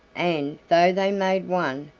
and, though they made one,